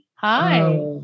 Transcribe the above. Hi